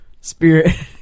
Spirit